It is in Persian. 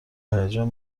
هیجان